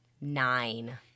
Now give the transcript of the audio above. nine